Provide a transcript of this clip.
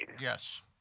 Yes